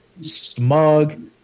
smug